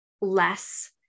less